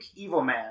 Evilman